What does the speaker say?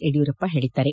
ಯಡಿಯೂರಪ್ಪ ಹೇಳಿದ್ದಾರೆ